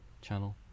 channel